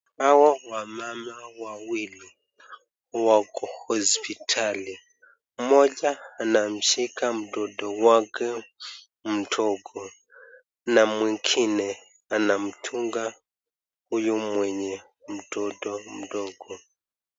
Hawa wamama wawili wako hospitali. Mmoja anamshika mtoto wake mdogo na mwingine anamdunga huyu mwenye mtoto mdogo.